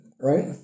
right